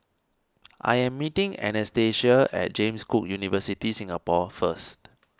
I am meeting Anastacia at James Cook University Singapore first